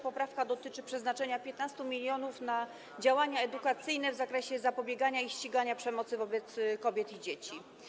Poprawka dotyczy przeznaczenia 15 mln na działania edukacyjne w zakresie zapobiegania i ścigania przemocy wobec kobiet i dzieci.